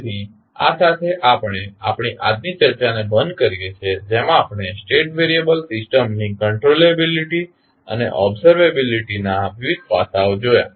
તેથી આ સાથે આપણે આપણી આજની ચર્ચાને બંધ કરીએ છીએ જેમાં આપણે સ્ટેટ વેરિએબલ સિસ્ટમની કંટ્રોલેબીલીટી અને ઓબ્ઝર્વેબીલીટી ના વિવિધ પાસાઓ જોયા